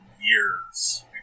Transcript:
years